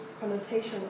connotation